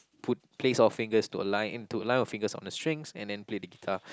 put place our fingers to a line and to align our fingers on the strings and then play the guitar